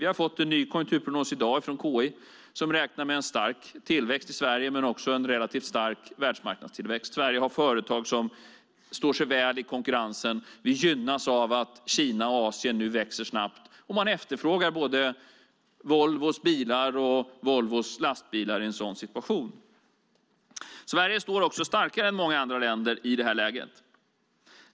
Vi har i dag fått en ny konjunkturprognos från KI som räknar med en stark tillväxt i Sverige men också en relativt stark världsmarknadstillväxt. Sverige har företag som står sig väl i konkurrensen. Vi gynnas av att Kina och Asien nu växer snabbt. Man efterfrågar både Volvos bilar och Volvos lastbilar i en sådan situation. Sverige står också starkare än många andra länder i detta läge.